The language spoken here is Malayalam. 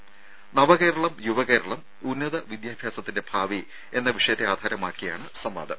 യുവകേരളം നവകേരളം ഉന്നതവിദ്യാഭ്യാസത്തിന്റെ ഭാവി വിഷയത്തെ എന്ന ആധാരമാക്കിയാണ് സംവാദം